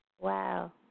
Wow